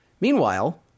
Meanwhile